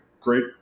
great